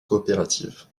coopérative